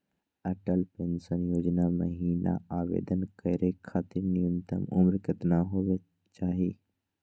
Atal pension योजना महिना आवेदन करै खातिर न्युनतम उम्र केतना होवे चाही?